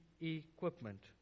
equipment